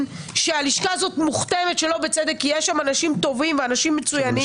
והלשכה הזאת מוכתמת שלא בצדק כי יש שם אנשים טובים ואנשים מצוינים.